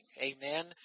amen